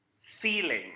feeling